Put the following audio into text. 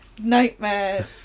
nightmare